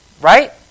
Right